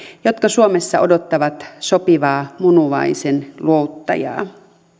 jotka suomessa odottavat sopivaa munuaisen luovuttajaa